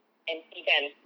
empty kan